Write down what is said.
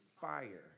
fire